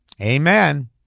Amen